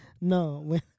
No